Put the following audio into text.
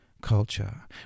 culture